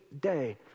day